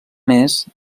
més